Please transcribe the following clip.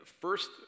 first